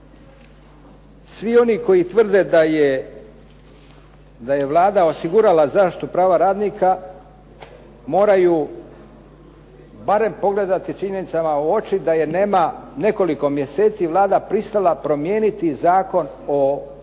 Svi oni koji tvrde da je Vlada osigurala zaštitu prava radnika moraju barem gledati činjenicama u oči da je nema nekoliko mjeseci, Vlada pristala promijeniti Zakon o radu